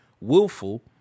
willful